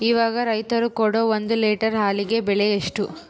ಇವಾಗ ರೈತರು ಕೊಡೊ ಒಂದು ಲೇಟರ್ ಹಾಲಿಗೆ ಬೆಲೆ ಎಷ್ಟು?